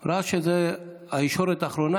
הקבלן ראה שזאת הישורת האחרונה,